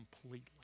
completely